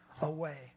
away